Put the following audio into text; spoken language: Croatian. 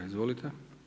Izvolite.